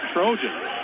Trojans